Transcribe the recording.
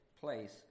place